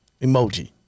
emoji